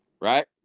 Right